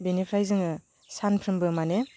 बेनिफ्राय जोङो सानफ्रोमबो माने